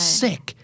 sick